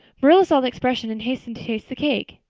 marilla saw the expression and hastened to taste the cake.